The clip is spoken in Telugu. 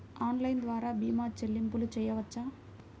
ఆన్లైన్ ద్వార భీమా చెల్లింపులు చేయవచ్చా?